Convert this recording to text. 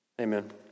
Amen